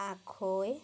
আখৈ